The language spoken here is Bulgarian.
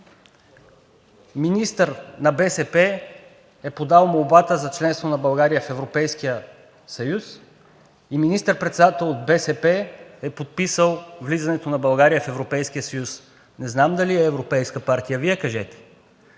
Министър на БСП е подал молбата за членство на България в Европейския съюз и министър-председател от БСП е подписал влизането на България в Европейския съюз. Не знам дали е европейска партия, Вие кажете.